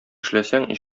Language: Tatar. эшләсәң